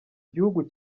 gihugu